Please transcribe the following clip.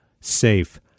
safe